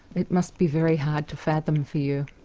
it must be very hard to fathom for you.